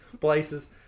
places